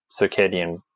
circadian